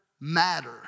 matter